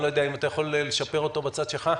אני לא יודע אם אתה יכול לשפר אותו בצד שלך.